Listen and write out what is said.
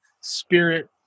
spirit